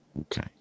Okay